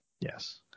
Yes